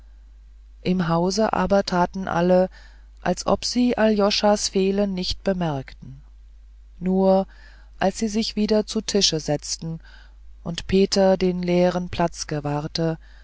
im hause aber taten alle als ob sie aljoschas fehlen nicht bemerkten nur als sie sich wieder zu tische setzten und peter den leeren platz gewahrte